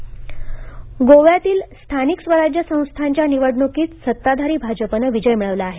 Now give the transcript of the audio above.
गोवा निकाल गोव्यातील स्थानिक स्वराज्य संस्थांच्या निवडणूकीत सत्ताधारी भाजपनं विजय मिळवला आहे